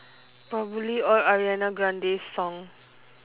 probably all ariana grande song